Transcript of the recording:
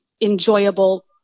enjoyable